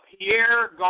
Pierre